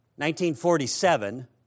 1947